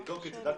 אני אבדוק את זה.